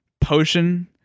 potion